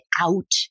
out